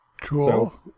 Cool